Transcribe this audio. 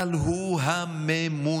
אבל הוא הממונה.